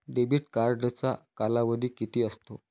Debit कार्डचा कालावधी किती असतो?